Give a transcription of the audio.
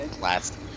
last